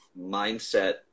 mindset